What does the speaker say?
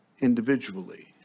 individually